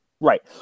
Right